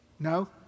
No